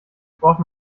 braucht